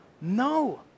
no